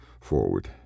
forward